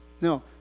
No